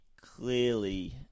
clearly